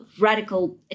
radical